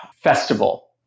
festival